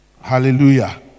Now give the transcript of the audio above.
Hallelujah